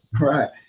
Right